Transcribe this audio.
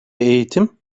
eğitim